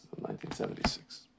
1976